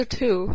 two